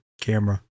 camera